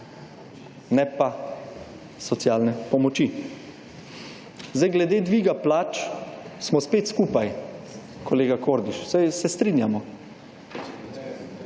Ne pa socialne pomoči. Zdaj, glede dviga plač smo spet skupaj, kolega Kordiš. Saj se strinjamo.